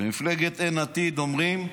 במפלגת אין עתיד אומרים: